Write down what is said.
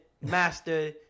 master